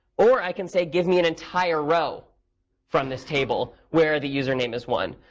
or i can say, give me an entire row from this table, where the username is one.